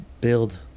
build